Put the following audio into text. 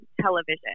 television